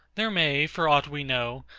there may, for aught we know,